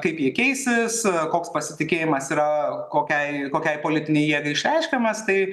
kaip jie keisis koks pasitikėjimas yra kokiai kokiai politinei jėgai išreiškiamas tai